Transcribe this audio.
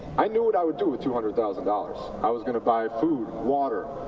i knew what i would do with two hundred thousand dollars. i was going to buy food, water.